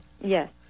Yes